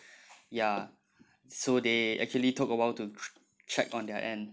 ya so they actually took awhile to check on their end